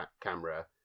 camera